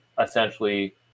essentially